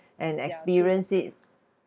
and experience it